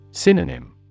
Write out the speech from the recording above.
Synonym